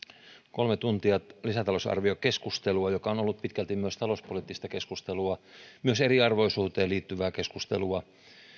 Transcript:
kolme tuntia lisätalousarviokeskustelua joka on ollut pitkälti myös talouspoliittista keskustelua myös eriarvoisuuteen liittyvää keskustelua